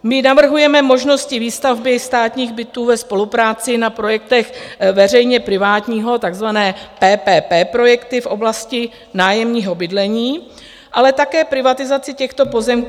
My navrhujeme možnosti výstavby státních bytů ve spolupráci na projektech veřejněprivátního, takzvané PPP projekty v oblasti nájemního bydlení, ale také privatizaci těchto pozemků.